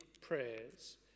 prayers